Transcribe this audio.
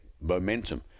momentum